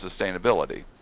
sustainability